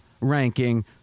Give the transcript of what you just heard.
ranking